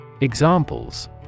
Examples